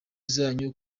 zanyu